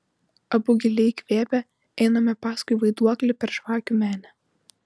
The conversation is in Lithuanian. abu giliai įkvėpę einame paskui vaiduoklį per žvakių menę